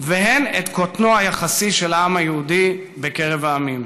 והן את קוטנו היחסי של העם היהודי בקרב העמים.